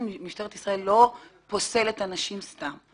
משטרת ישראל לא פוסלת אנשים סתם.